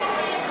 נמנעים,